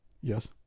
Yes